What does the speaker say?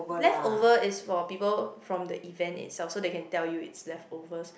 leftover is for people from the event itself so they can tell you it's leftovers